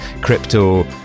crypto